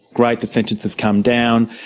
great the sentence has come down.